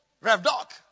Rev-doc